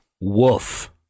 Woof